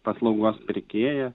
paslaugos pirkėją